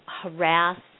harass